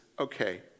okay